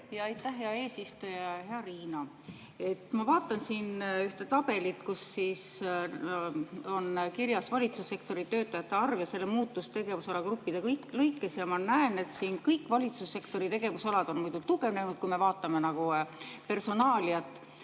Aitäh, hea eesistuja! Hea Riina! Ma vaatan siin ühte tabelit, kus on kirjas valitsussektori töötajate arv ja selle muutus tegevusala gruppide lõikes. Ma näen, et kõik valitsussektori tegevusalad on siin tugevnenud, kui me vaatame personaaliat,